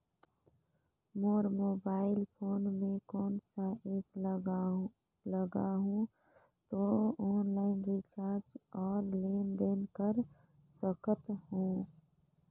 मोर mobile phone मे कोन सा एप्प लगा हूं तो ऑनलाइन रिचार्ज और लेन देन कर सकत हू?